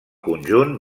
conjunt